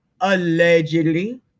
allegedly